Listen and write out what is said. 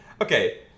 okay